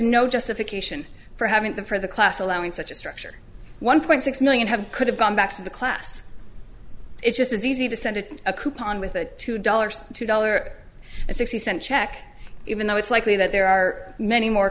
no justification for having them for the class allowing such a structure one point six million have could have gone back to the class it's just as easy to send a coupon with a two dollars two dollar and sixty cent check even though it's likely that there are many more